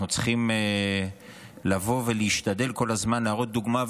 אנחנו צריכים לבוא ולהשתדל כל הזמן להראות דוגמה.